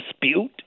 dispute